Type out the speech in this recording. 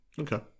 Okay